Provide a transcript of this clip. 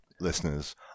listeners